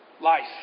life